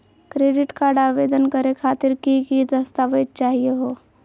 Credit card आवेदन करे खातिर की की दस्तावेज चाहीयो हो?